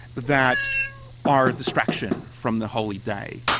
that are a distraction from the holy day.